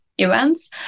events